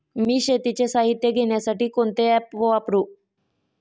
मी शेतीचे साहित्य घेण्यासाठी कोणते ॲप वापरु?